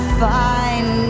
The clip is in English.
find